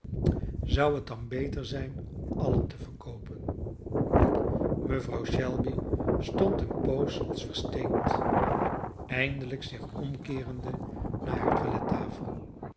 zou het dan beter zijn allen te verkoopen mevrouw shelby stond eene poos als versteend eindelijk zich omkeerende naar hare